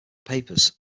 papers